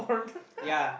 yeah